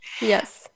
Yes